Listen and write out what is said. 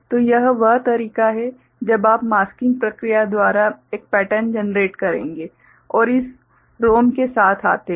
तो यह वह तरीका है जब आप मास्किंग प्रक्रिया द्वारा एक पैटर्न जनरेट करेंगे और इस रोम के साथ आते हैं